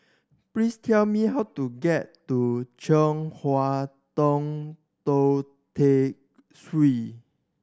please tell me how to get to Chong Hua Tong Tou Teck